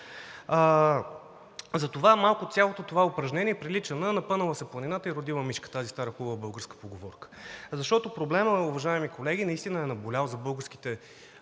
Затова цялото това упражнение прилича на „Напънала се планината и родила мишка“ – тази стара хубава българска поговорка. Защото проблемът, уважаеми колеги, наистина е наболял за обществените